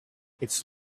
its